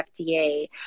FDA